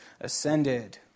ascended